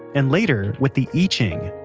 and later with the i-ching.